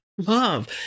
Love